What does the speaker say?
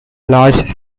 large